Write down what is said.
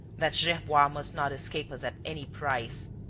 that gerbois must not escape us at any price.